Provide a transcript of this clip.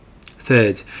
Third